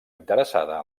interessada